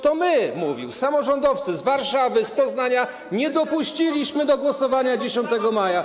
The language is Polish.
To my - mówił - samorządowcy z Warszawy, z Poznania, nie dopuściliśmy do głosowania 10 maja.